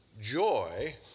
joy